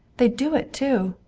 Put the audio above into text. they'd do it too!